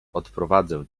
odprowadzę